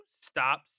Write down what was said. stop